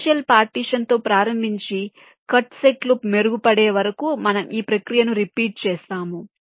initial partition తో ప్రారంభించి cut సెట్లు మెరుగుపడే వరకు మనం ఈ ప్రక్రియను రిపీట్ చేస్తాము